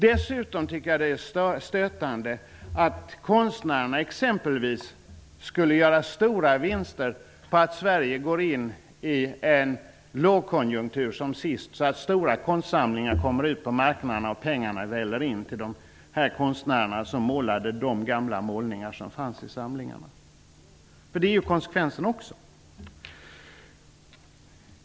Det är dessutom stötande att konstnärerna skulle kunna göra stora vinster då Sverige går in i en lågkonjunktur. Då kommer stora konstsamlingar ut på marknaderna, och pengar väller in till de konstnärer som har gjort de gamla målningar som finns i samlingarna. Det är konsekvensen.